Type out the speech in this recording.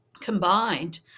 combined